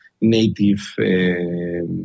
native